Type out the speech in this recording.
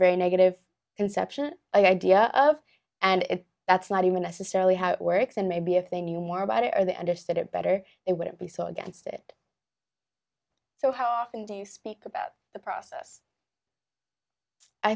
very negative conception idea of and it that's not even necessarily how it works and maybe if they knew more about it or they understood it better it wouldn't be so against it so how often do you speak about the process i